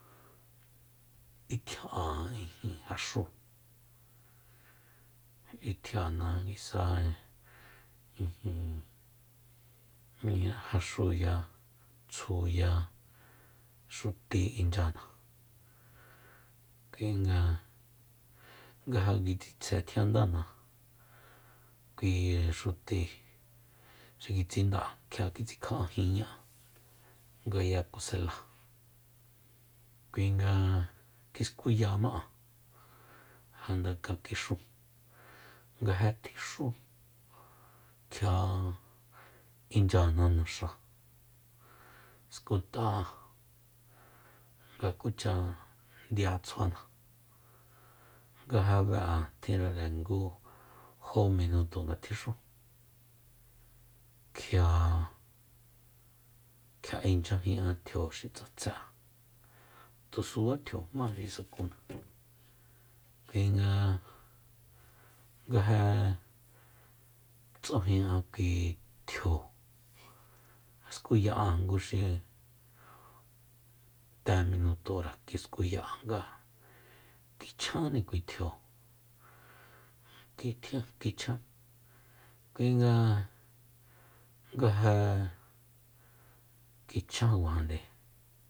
Itjiaán ijin jaxúu itjiana nguisa ijin jaxuya tsjuya xuti inchyana kuinga nga ja kitsitsje tjiandana kui xuti xi kitsinda'an jia kitsikja'ajinña'a ngaya kuseláa kuinga kiskuyama'a janda nga tjixu nga ja tjixú kjia inchyana naxa skut'a'an nga kucha ndia tsjuana nga ja be'an nga ja tjinrare jó minuto nga tjixú kjia- kjia inchyajin'a tjio xi tsatsé'an tusuba tjio jmá xi kisakuna kuinga nga ja tsujin'a kui tjio skuya'a nguxi te minutora kiskuya'an nga kichjanni kui tjio kitjia- kichjan kuinga nga ja kichjan kuajande